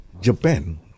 Japan